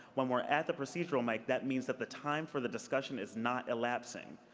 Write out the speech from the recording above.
when we're at the procedural mic, that means that the time for the discussion is not elapseing.